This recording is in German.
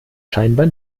scheinbar